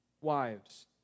Wives